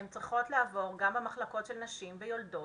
הן צריכות לעבור גם במחלקות של נשים ויולדות,